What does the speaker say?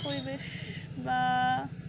পরিবেশ বা